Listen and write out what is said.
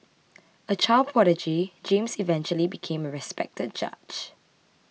a child prodigy James eventually became a respected judge